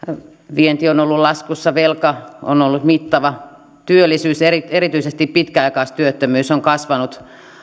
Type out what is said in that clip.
vienti on on ollut laskussa velka on ollut mittava työttömyys erityisesti pitkäaikaistyöttömyys on kasvanut